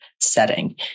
setting